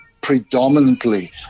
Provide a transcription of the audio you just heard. predominantly